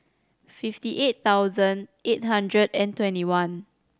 fifty eight thousand eight hundred and twenty one